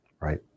Right